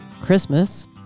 Christmas